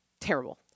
Terrible